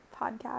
podcast